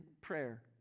prayer